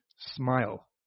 smile